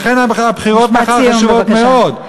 לכן הבחירות מחר חשובות מאוד.